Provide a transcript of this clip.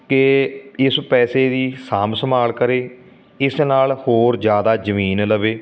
ਕਿ ਇਸ ਪੈਸੇ ਦੀ ਸਾਂਭ ਸੰਭਾਲ ਕਰੇ ਇਸ ਨਾਲ ਹੋਰ ਜ਼ਿਆਦਾ ਜ਼ਮੀਨ ਲਵੇ